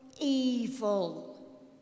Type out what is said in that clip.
evil